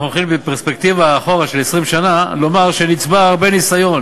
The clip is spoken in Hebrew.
אנחנו הולכים בפרספקטיבה אחורה 20 שנה כדי לומר שנצטבר הרבה ניסיון